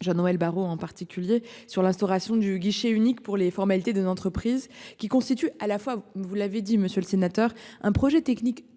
Jean-Noël Barrot, en particulier sur l'instauration du guichet unique pour les formalités d'entreprises qui constituent à la fois où vous l'avez dit, monsieur le sénateur, un projet technique d'extrême